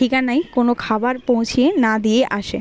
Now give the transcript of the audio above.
ঠিকানায় কোনো খাবার পৌঁছিয়ে না দিয়ে আসে